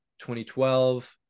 2012